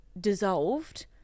dissolved